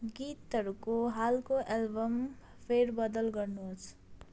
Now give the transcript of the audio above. गीतहरूको हालको एल्बम फेरबदल गर्नुहोस्